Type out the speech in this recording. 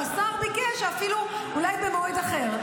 והשר ביקש שאפילו אולי במועד אחר.